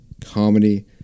comedy